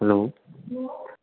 hello